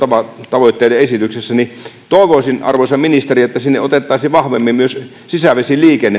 alueidenkäyttötavoitteiden esityksessä niin toivoisin arvoisa ministeri että siinä otettaisiin vahvemmin myös sisävesiliikenne